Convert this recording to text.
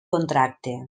contracte